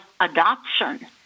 adoption